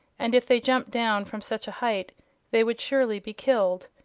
and if they jumped down from such a height they would surely be killed.